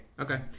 Okay